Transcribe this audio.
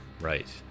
Right